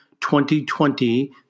2020